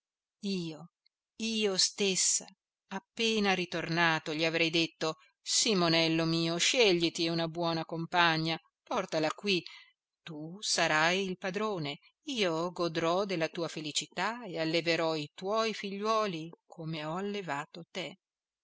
io io stessa appena ritornato gli avrei detto simonello mio scegliti una buona compagna portala qui tu sarai il padrone io godrò della tua felicità e alleverò i tuoi figliuoli com'ho allevato te